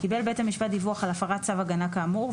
קיבל בית המשפט דיווח על הפרת צו הגנה כאמור,